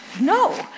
No